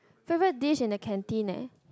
favorite dish in the canteen leh